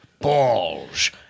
balls